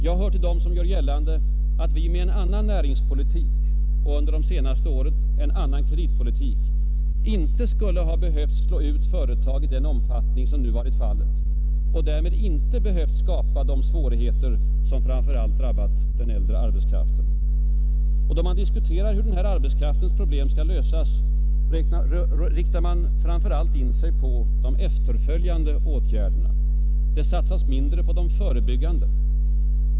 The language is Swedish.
Jag hör till dem som gör gällande att vi med en annan näringspolitik och — under de senaste åren — en annan kreditpolitik inte skulle ha behövt slå ut företag i den omfattning som nu varit fallet och därmed inte behövt skapa de svårigheter som framför allt drabbat den äldre arbetskraften. Då man diskuterar hur den äldre arbetskraftens problem skall lösas, riktar man framför allt in sig på de efterföljande åtgärderna. Det satsas mindre på de förebyggande.